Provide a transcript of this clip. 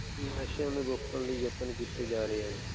ਨਸ਼ਿਆਂ ਨੂੰ ਰੋਕਣ ਲਈ ਯਤਨ ਕੀਤੇ ਜਾ ਰਹੇ ਹਨ